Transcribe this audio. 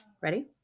ready